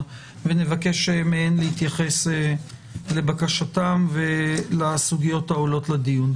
ונבקש מהן להתייחס לבקשתן ולסוגיות העולות לדיון.